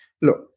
look